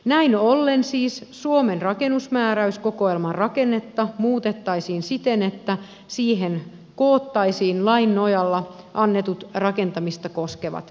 näin ollen siis suomen rakennusmääräyskokoelman rakennetta muutettaisiin siten että kokoelmaan koottaisiin lain nojalla annetut rakentamista koskevat säännökset